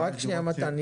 שנייה, מתן.